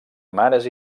mares